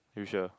usual